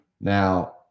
Now